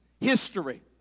history